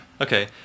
okay